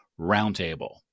Roundtable